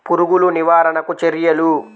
పురుగులు నివారణకు చర్యలు?